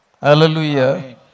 Hallelujah